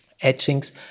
etchings